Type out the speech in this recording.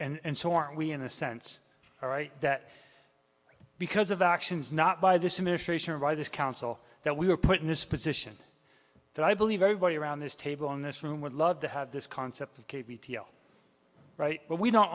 l and so are we in a sense all right that because of actions not by this administration or by this council that we were put in this position that i believe everybody around this table in this room would love to have this concept of right where we don't